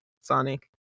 Sonic